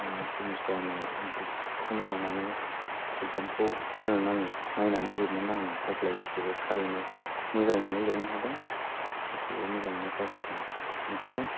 सिमिस्टारनि बुकखौनो लानानै एग्जामखौ होनो नाङो नायनानै लिरनो नाङो अब्ला बिसोरो थारैनो मोजाङैनो लिरनो हादों गासिबो मोजाङैनो पास जादों ओंखायनो